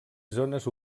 zones